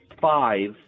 five